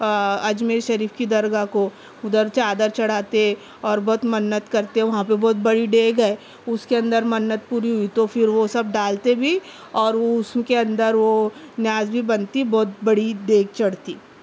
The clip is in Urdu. آ اجمیر شریف کی درگاہ کو اُدھر چادر چڑھاتے اور بہت منت کرتے وہاں پہ بہت بڑی دیگ ہے اُس کے اندر منت پوری ہوئی تو پھر وہ سب ڈالتے بھی اور وہ اُس کے اندر وہ نیاز بھی بنتی بہت بڑی دیگ چڑھتی